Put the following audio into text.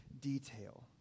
detail